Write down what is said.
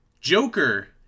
Joker